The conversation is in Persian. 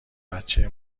بچه